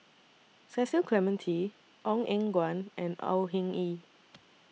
Cecil Clementi Ong Eng Guan and Au Hing Yee